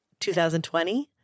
2020